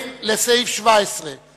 מי בעד ההסתייגות לחלופין לסעיף 17,